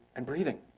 and breathing,